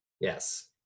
Yes